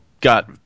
got –